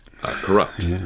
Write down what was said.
corrupt